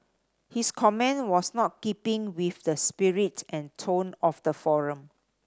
his comment was not keeping with the spirit and tone of the forum